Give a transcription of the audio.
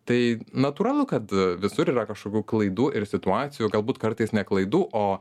tai natūralu kad visur yra kažkokių klaidų ir situacijų galbūt kartais ne klaidų o